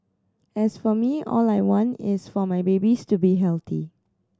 as for me all I want is for my babies to be healthy